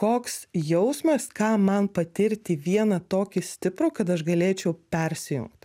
koks jausmas ką man patirti vieną tokį stiprų kad aš galėčiau persijungt